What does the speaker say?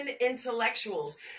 intellectuals